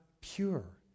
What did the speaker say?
pure